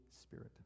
Spirit